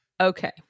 Okay